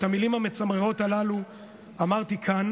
את המילים המצמררות הללו אמרתי כאן